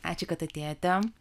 ačiū kad atėjote